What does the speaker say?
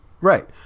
Right